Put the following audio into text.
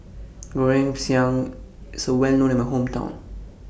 Goreng Pisang IS Well known in My Hometown